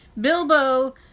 Bilbo